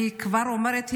אני כבר אומרת,